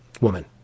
woman